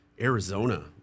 Arizona